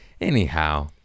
Anyhow